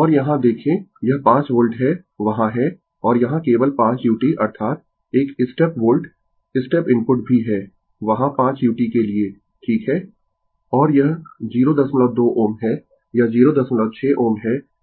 और यहां देखें यह 5 वोल्ट है वहाँ है और यहां केवल 5 u अर्थात एक स्टेप वोल्ट स्टेप इनपुट भी है वहाँ 5 u के लिए ठीक है और यह 02 Ω है यह 06 Ω है और यह 03 हेनरी है ठीक है